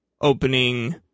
opening